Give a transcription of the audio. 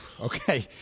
okay